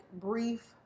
brief